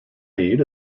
need